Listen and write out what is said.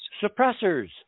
suppressors